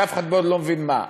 שאף אחד פה עוד לא מבין מה.